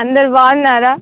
అందరు బాగున్నారా